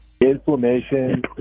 Inflammation